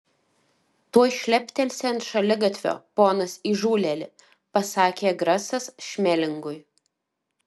tuoj šleptelsi ant šaligatvio ponas įžūlėli pasakė grasas šmelingui